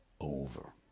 over